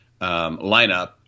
lineup